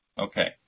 Okay